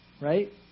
Right